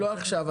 לא עכשיו.